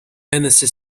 enese